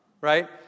Right